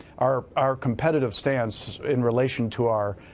our our competitive stance in relation to our,